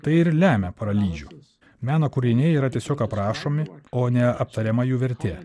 tai ir lemia paralyžių meno kūriniai yra tiesiog aprašomi o ne aptariama jų vertė